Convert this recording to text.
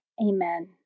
Amen